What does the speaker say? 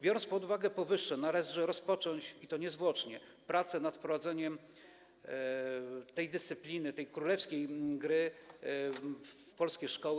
Biorąc pod uwagę powyższe, należy rozpocząć, i to niezwłocznie, prace nad wprowadzeniem tej dyscypliny, tej królewskiej gry do polskich szkół.